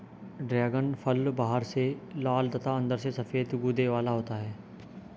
dragon फल बाहर से लाल तथा अंदर से सफेद गूदे वाला होता है